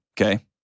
okay